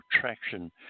traction